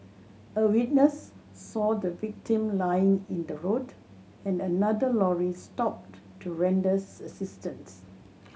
a witness saw the victim lying in the road and another lorry stopped to render assistance